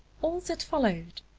all that followed,